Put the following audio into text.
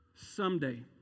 Someday